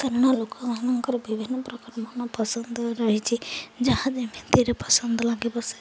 କାରଣ ଲୋକମାନଙ୍କର ବିଭିନ୍ନପ୍ରକାର ମନ ପସନ୍ଦ ରହିଛି ଯାହା ଯେମିତିରେ ପସନ୍ଦ ଲାଗିବ ସେ